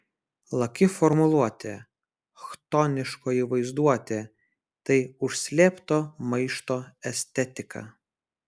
laki formuluotė chtoniškoji vaizduotė tai užslėpto maišto estetika